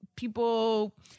People